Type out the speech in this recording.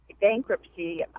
bankruptcy